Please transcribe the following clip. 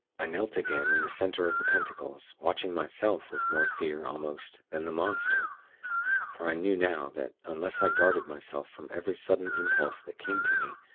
i knelt again in the center of the pentacles, watching myself with more fear, almost, than the monster for i knew now that, unless i guarded myself from every sudden impulse that came to me,